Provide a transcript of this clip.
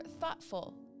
thoughtful